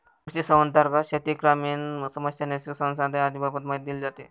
कृषिसंवादांतर्गत शेती, ग्रामीण समस्या, नैसर्गिक संसाधने आदींबाबत माहिती दिली जाते